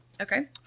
Okay